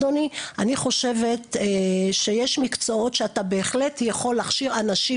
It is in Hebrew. אני חושבת שיש מקצועות שאתה בהחלט יכול להכשיר אנשים